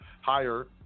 higher